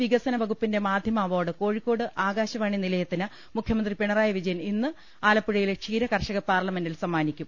സംസ്ഥാന ക്ഷീര വികസന വകുപ്പിന്റെ മാധ്യമ അവാർഡ് കോഴിക്കോ ട് ആകാശവാണി നിലയത്തിന് മുഖ്യമന്ത്രി പിണറായി വിജയൻ ഇന്ന് ആലപ്പുഴയിലെ ക്ഷീരകർഷക പാർലമെന്റിൽ സമ്മാനിക്കും